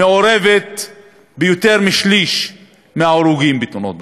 שממנה יותר משליש מההרוגים בתאונות דרכים.